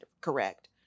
correct